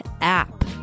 app